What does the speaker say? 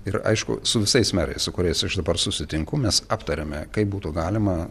ir aišku su visais merais su kuriais aš dabar susitinku mes aptariame kaip būtų galima